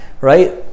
right